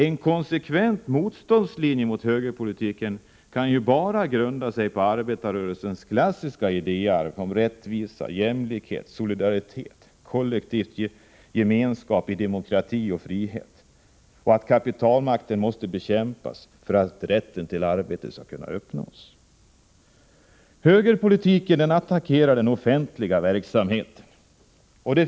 En konsekvent motståndslinje mot högerpolitiken kan bara grunda sig på arbetarrörelsens klassiska idéarv med rättvisa, jämlikhet, solidaritet och kollektiv gemenskap i demokrati och frihet. Det gäller också att kapitalmakten måste bekämpas för att rätten till arbetet skall kunna uppnås. Högerpolitiken attackerar den offentliga sektorn.